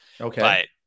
Okay